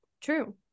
true